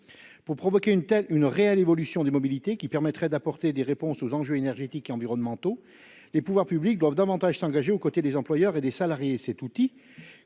pour provoquer une telle une réelle évolution des mobilités qui permettrait d'apporter des réponses aux enjeux énergétiques et environnementaux, les pouvoirs publics doivent davantage s'engager aux côtés des employeurs et des salariés,